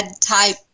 type